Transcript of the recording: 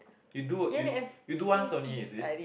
you do you you do once only is it